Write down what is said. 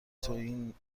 توهین